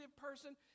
person